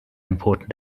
important